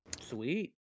Sweet